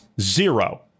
Zero